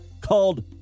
called